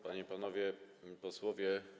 Panie i Panowie Posłowie!